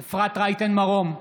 מרום,